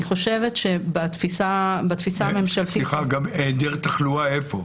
סליחה, גם העדר תחלואה איפה?